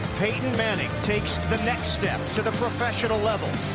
peyton and manning takes the next step to the professional level.